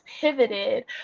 pivoted